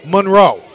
Monroe